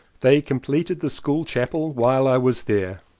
they completed the school chapel while i was there.